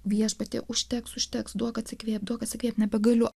viešbutį užteks užteks duok atsikvėpdavo kad kaip nebegaliu